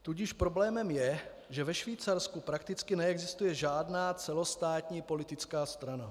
Tudíž problémem je, že ve Švýcarsku prakticky neexistuje žádná celostátní politická strana.